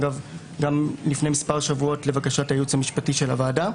גם לפני מספר שבועות לבקשת הייעוץ המשפטי של הוועדה,